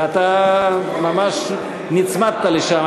ואתה ממש נצמדת לשם.